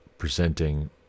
presenting